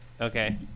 okay